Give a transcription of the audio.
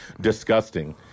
disgusting